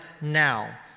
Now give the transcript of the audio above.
now